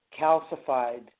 calcified